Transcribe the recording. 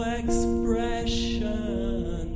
expression